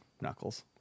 Knuckles